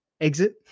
exit